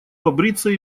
побриться